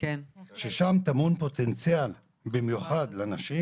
ששם טמון פוטנציאל במיוחד לנשים,